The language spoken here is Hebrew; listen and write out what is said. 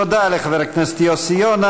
תודה לחבר הכנסת יוסי יונה.